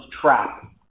trap